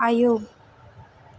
आयौ